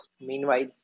meanwhile